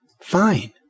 Fine